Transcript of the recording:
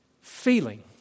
Feeling